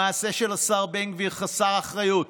המעשה של השר בן גביר חסר אחריות,